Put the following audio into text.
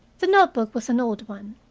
the note-book was an old one,